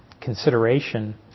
consideration